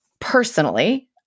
personally